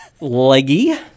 leggy